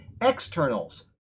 externals